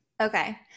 Okay